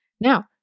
Now